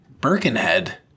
Birkenhead